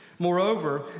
Moreover